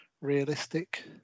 realistic